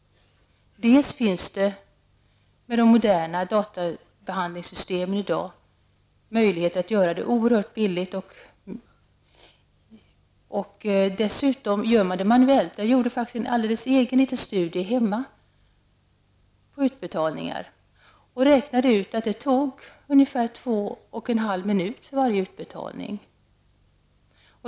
Dels finns med de moderna databehandlingssystemen i dag möjligheter att göra det oerhört billigt, och dessutom kan man göra det manuellt. Jag gjorde en egen studie hemma på utbetalningar. Jag räknade ut att det tar ungefär 2,5 minuter för varje utbetalning.